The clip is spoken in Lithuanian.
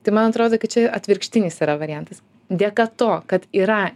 tai man atrodo kad čia atvirkštinis yra variantas dėka to kad yra